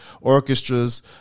orchestras